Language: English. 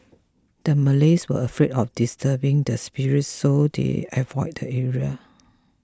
the Malays were afraid of disturbing the spirits so they avoided the area